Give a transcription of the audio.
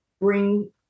bring